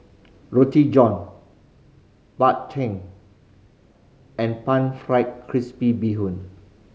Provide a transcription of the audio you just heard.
Roti John Bak Chang and Pan Fried Crispy Bee Hoon